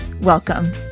Welcome